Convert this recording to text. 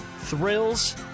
Thrills